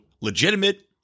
legitimate